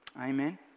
amen